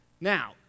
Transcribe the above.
now